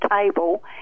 table